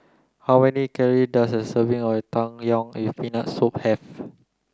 how many calorie does a serving of Tang Yuen with Peanut Soup have